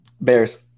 Bears